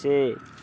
ସେ